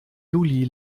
juli